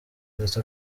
ndetse